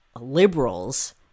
liberals